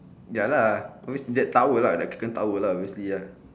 ya lah I mean that tower lah that kraken tower lah obviously lah